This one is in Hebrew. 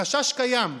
החשש קיים.